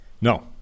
no